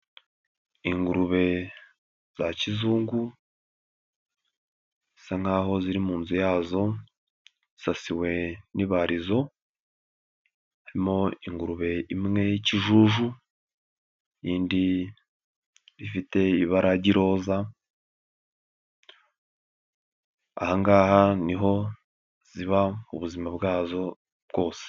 Ingurube za kizungu zisa nk'aho ziri mu nzu yazo, zisasiwe n'i nibarizo, harimo ingurube imwe y'ikijuju, iyindi ifite ibara ry'iroroza, ahangaha niho ziba ubuzima bwazo bwose.